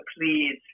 please